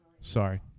Sorry